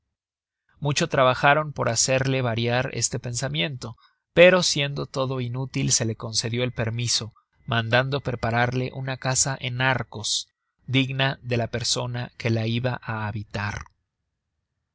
mucho trabajaron por hacerla variar de este pensamiento pero siendo todo inútil se le concedió el permiso mandando prepararle una casa en arcos digna de la persona que la iba á habitar